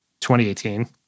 2018